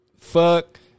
fuck